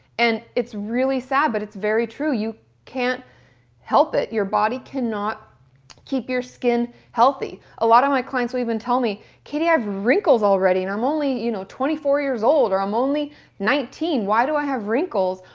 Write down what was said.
and it's really sad but it's very true, you can't help it. your body cannot keep your skin healthy. a lot of my clients will even tell me kati i have wrinkles already and i'm only you know twenty four years old or i'm only nineteen, why do i have wrinkles?